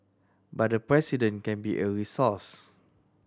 but the President can be a resource